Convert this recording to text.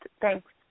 Thanks